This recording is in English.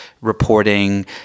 reporting